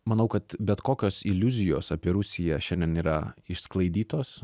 manau kad bet kokios iliuzijos apie rusiją šiandien yra išsklaidytos